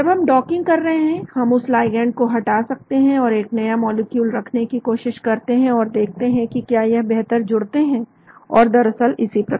जब हम डॉकिंग कर रहे हैं हम उस लाइगैंड को हटा सकते हैं और एक नया मॉलिक्यूल रखने की कोशिश करते हैं और देखते हैं कि क्या यह बेहतर जुड़ते हैं और दरअसल इसी प्रकार